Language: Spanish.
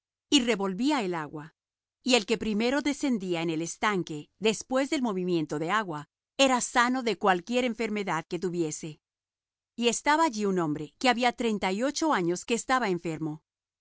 y revolvía el agua y el que primero descendía en el estanque después del movimiento del agua era sano de cualquier enfermedad que tuviese y estaba allí un hombre que había treinta y ocho años que estaba enfermo